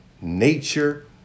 nature